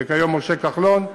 וכיום משה כחלון,